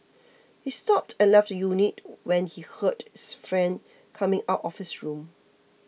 he stopped and left the unit when he heard his friend coming out of his room